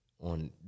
on